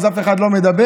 אז אף אחד לא מדבר.